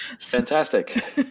Fantastic